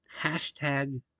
hashtag